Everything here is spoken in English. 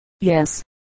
Yes